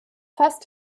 fast